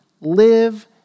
live